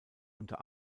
unter